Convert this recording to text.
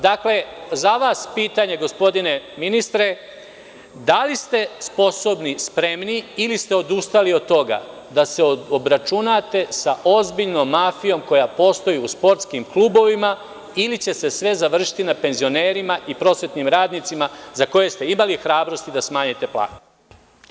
Dakle, za vas pitanje, gospodine ministre, da li ste sposobni, spremni ili ste odustali od toga da se obračunate sa ozbiljnom mafijom koja postoji u sportskim klubovima ili će se sve završiti na penzionerima i prosvetnim radnicima kojima ste imali hrabrosti da smanjite plate.